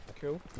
Cool